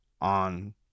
on